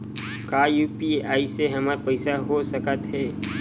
का यू.पी.आई से हमर पईसा हो सकत हे?